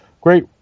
Great